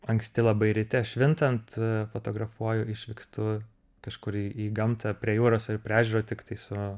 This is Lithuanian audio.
anksti labai ryte švintant fotografuoju išvykstu kažkur į į gamtą prie jūros ar prie ežero tiktai su